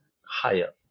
higher